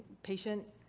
patient